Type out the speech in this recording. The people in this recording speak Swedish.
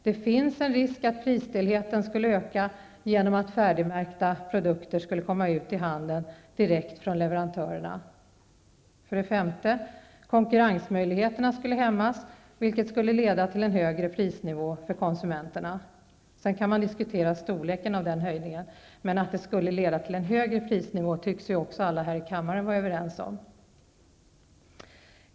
Det finns en risk att prisstelheten skulle öka genom att färdigmärkta produkter skulle komma ut i handeln direkt från leverantörerna. 5. Konkurrensmöjligheterna skulle hämmas, vilket skulle leda till en högre prisnivå för konsumenterna. Sedan kan man diskutera storleken av den höjningen. Men att det skulle leda till en högre prisnivå tycks alla här i kammaren vara överens om.